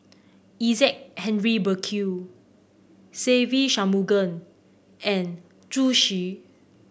Isaac Henry Burkill Se Ve Shanmugam and Zhu Xu